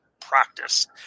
practice